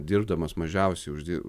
dirbdamas mažiausiai uždi